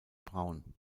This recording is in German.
braun